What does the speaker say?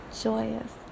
joyous